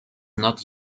not